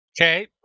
Okay